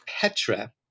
Petra